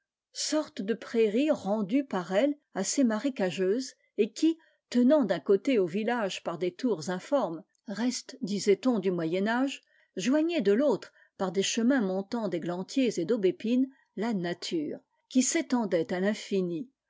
sortes de prairies rendues par elle assez marécageuses et qui tenant d'un côté au village par des tours informes restent disait-on du moyen âge joignaient de l'autre par des chemins montants d'églantiers et d'aubépines la nature qui s'étendait à l'infini